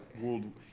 world